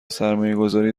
سرمایهگذاری